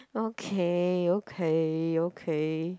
okay okay okay